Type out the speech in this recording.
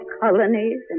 colonies